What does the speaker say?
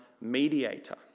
mediator